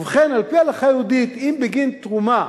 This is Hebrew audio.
ובכן, על-פי ההלכה היהודית, אם בגין תרומה